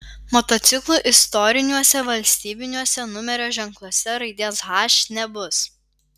motociklų istoriniuose valstybiniuose numerio ženkluose raidės h nebus